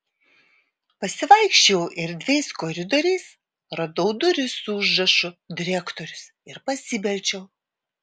pasivaikščiojau erdviais koridoriais radau duris su užrašu direktorius ir pasibeldžiau